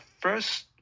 first